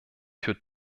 für